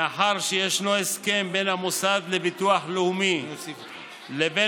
מאחר שישנו הסכם בין המוסד לביטוח לאומי לבין